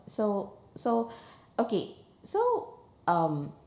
so so okay so um